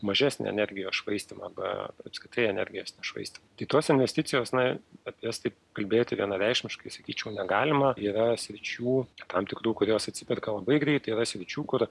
mažesnį energijos švaistymą arba apskritai energijos nešvaistymą tai tos investicijos na atvesti kalbėti vienareikšmiškai sakyčiau negalima yra sričių tam tikrų kurios atsiperka labai greitai yra sričių kur